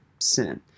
sin